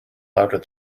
louder